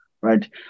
right